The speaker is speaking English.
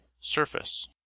surface